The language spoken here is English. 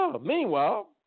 Meanwhile